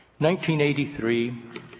1983